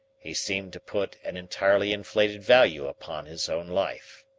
he seemed to put an entirely inflated value upon his own life.